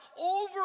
over